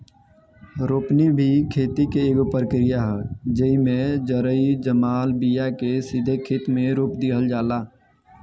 रोपनी भी खेती के एगो प्रक्रिया ह, जेइमे जरई जमाल बिया के सीधे खेते मे रोप दिहल जाला